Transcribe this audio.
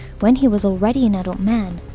when he was already an adult man,